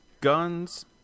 guns